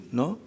no